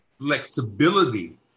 flexibility